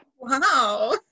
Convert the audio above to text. Wow